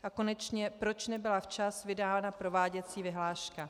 A konečně, proč nebyla včas vydána prováděcí vyhláška?